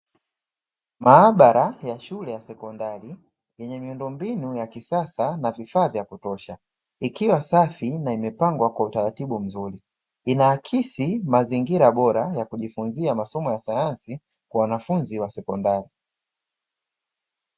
Maabara ya shule ya sekondari, yenye miundombinu ya kisasa, ikiwa safi na imepangwa kwa utaratibu mzuri. Inaakisi mazingira bora ya kujifunza ya sayansi kwa wanafunzi wa sekondari.